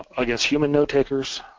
i guess human notetakers,